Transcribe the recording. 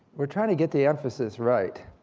we're trying to get the emphasis right.